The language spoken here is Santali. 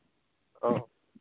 ᱚ